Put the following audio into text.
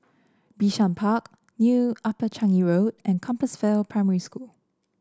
Bishan Park New Upper Changi Road and Compassvale Primary School